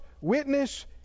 witness